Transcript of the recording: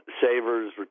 savers